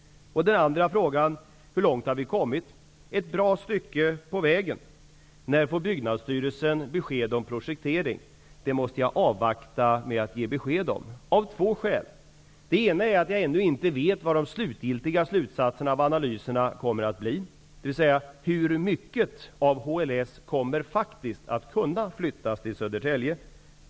Den andra frågan var: Hur långt har vi kommit? Vi har kommit ett bra stycke på vägen. Vad beträffar frågan om när Byggnadsstyrelsen får besked om projektering måste jag av två skäl avvakta med ett svar. Det ena skälet är att jag ännu inte vet vilka de slutgiltiga slutsatserna av analyserna kommer att bli, dvs. hur mycket av HLS som faktiskt kommer att kunna flyttas till Södertälje.